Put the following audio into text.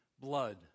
blood